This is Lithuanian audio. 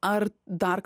ar dar